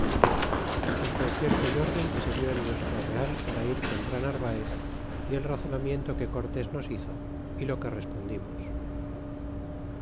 del concierto y orden que se did en nuestro real para ir contra narvaez y el razonamiento que cortés nos hizo y lo que respondimos